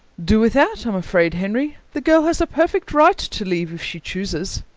do without, i'm afraid, henry. the girl has a perfect right to leave if she chooses.